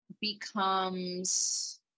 becomes